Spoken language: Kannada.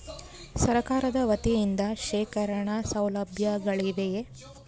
ಸರಕಾರದ ವತಿಯಿಂದ ಶೇಖರಣ ಸೌಲಭ್ಯಗಳಿವೆಯೇ?